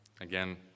Again